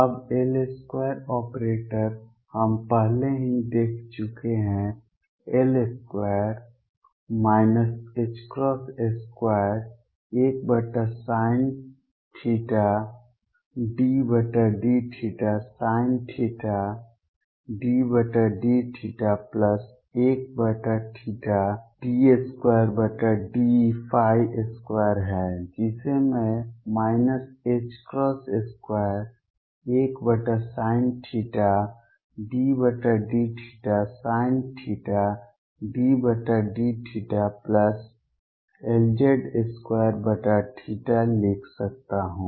अब L2 operator हम पहले ही देख चुके हैं L2 21sinθ∂θsinθ∂θ 1 22 है जिसे मैं 21sinθ∂θsinθ∂θ Lz2 लिख सकता हूं